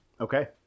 Okay